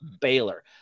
Baylor